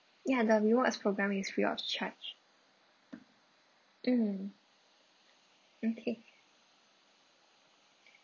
ya the rewards program is free of charge mm okay